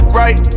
right